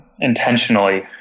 intentionally